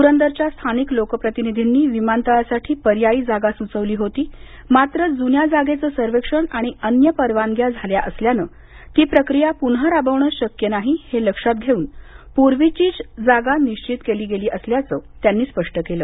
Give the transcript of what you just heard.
पुरंदरच्या स्थानिक लोकप्रतिनिधींनी विमानतळासाठी पर्यायी जागा सुचवली होती मात्र जुन्या जागेचं सर्वेक्षण आणि अन्य परवानग्या झाल्या असल्यानं ती प्रक्रिया पुन्हा राबवणं शक्य नाही हे लक्षात घेऊनच पूर्वीचीच जागा निश्चित केली गेली असल्याचं त्यांनी स्पष्ट केलं